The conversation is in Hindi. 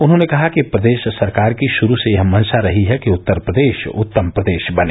उन्होंने कहा कि प्रदेष सरकार की षुरू से यह मंषा रही है कि उत्तर प्रदेष उत्तम प्रदेष बने